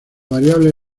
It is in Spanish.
variable